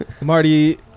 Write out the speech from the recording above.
Marty